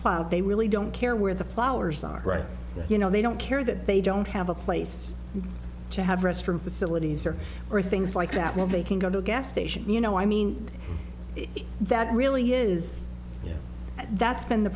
pile they really don't care where the flowers are right you know they don't care that they don't have a place to have restroom facilities or or things like that where they can go to a gas station you know i mean that really is that's been the